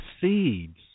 seeds